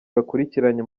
bakurikiranye